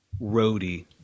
roadie